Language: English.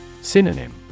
Synonym